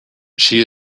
she